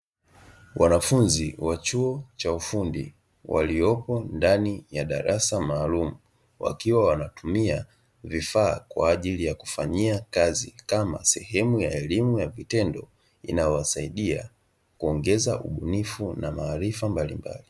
Wanafunzi wa chuo cha ufundi waliopo ndani ya darasa maalumu, wakiwa wanatumia vifaa kwa ajili ya kufanyia kazi kama sehemu ya elimu ya vitendo inayowasaidia kuongeza ubunifu na maarifa mbalimbali.